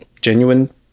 genuine